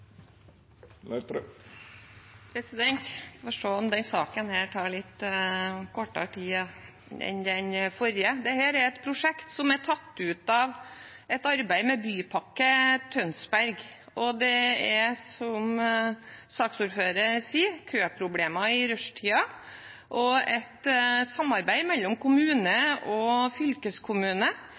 herfra. Vi får se om denne saken tar litt kortere tid enn den forrige. Dette er et prosjekt som er tatt ut av et arbeid med Bypakke Tønsberg-regionen. Det er, som saksordføreren sier, køproblemer i rushtiden, og det er et samarbeid mellom kommune og fylkeskommune